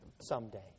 someday